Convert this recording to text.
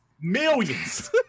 millions